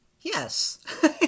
yes